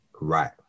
right